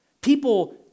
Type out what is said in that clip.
People